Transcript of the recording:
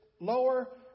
lower